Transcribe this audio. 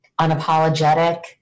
unapologetic